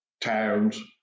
Towns